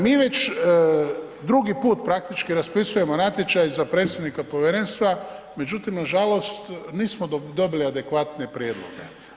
Mi već drugi put praktički raspisujemo natječaj za predsjednika povjerenstva međutim nažalost nismo dobili adekvatne prijedloge.